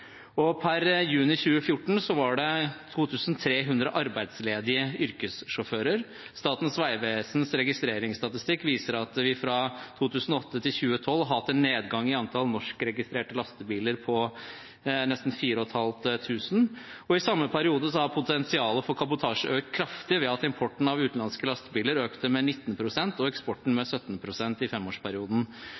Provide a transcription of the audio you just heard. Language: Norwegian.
Per juni 2014 var det 2 300 arbeidsledige yrkessjåfører. Statens vegvesens registreringsstatistikk viser at vi fra 2008 til 2012 har hatt en nedgang i antall norskregistrerte lastebiler på nesten 4 500. I samme femårsperiode har potensialet for kabotasje økt kraftig ved at importen av utenlandske lastebiler økte med 19 pst. og eksporten med